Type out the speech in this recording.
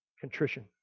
Contrition